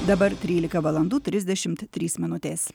dabar trylika valandų trisdešimt trys minutės